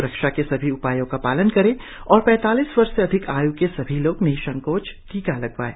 स्रक्षा के सभी उपायों का पालन करें और पैतालीस वर्ष से अधिक आय् के सभी लोग निसंकोच टीका लगवाएं